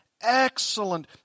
excellent